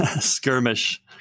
skirmish